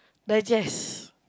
digest